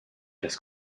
des